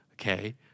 Okay